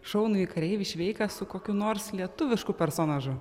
šaunųjį kareivį šveiką su kokiu nors lietuvišku personažu